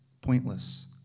pointless